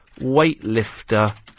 Weightlifter